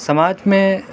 سماج میں